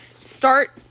start